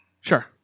sure